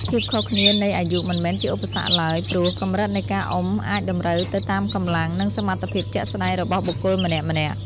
ភាពខុសគ្នានៃអាយុមិនមែនជាឧបសគ្គឡើយ ព្រោះកម្រិតនៃការអុំអាចតម្រូវទៅតាមកម្លាំង និងសមត្ថភាពជាក់ស្ដែងរបស់បុគ្គលម្នាក់ៗ។